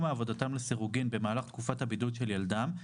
מעבודתם לסירוגין במהלך תקופת הבידוד של ילדם,